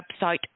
website